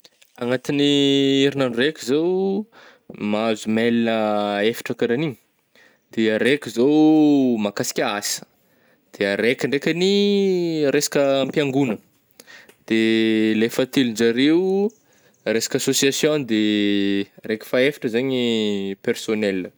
Agnatin'ny herinandro raiky zaho oh, mahazo mail efatra karaha an'igny, de araiky zô ôh mahakasika asa, de araika ndraikagny resaka am-piangognana, de le fahatelonjareo resaka association de, raiky faha efatra zany personnel.